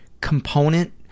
component